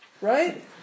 right